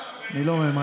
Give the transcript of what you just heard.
אני סבלני, אני לא ממהר.